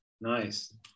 Nice